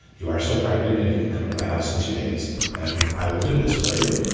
you are still pregnant. and you can come to my house and two days and i will do this for you.